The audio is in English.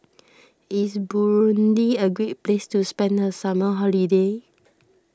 is Burundi a great place to spend the summer holiday